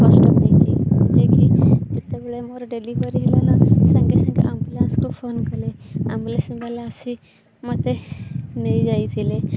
କଷ୍ଟ ପାଇଛି ଯେକି ଯେତେବେଳେ ମୋର ଡେଲିଭରି ହେଲା ନା ସାଙ୍ଗେ ସାଙ୍ଗେ ଆମ୍ବୁଲାନ୍ସକୁ ଫୋନ କଲେ ଆମ୍ବୁଲାନ୍ସ ବାଲା ଆସି ମତେ ନେଇଯାଇଥିଲେ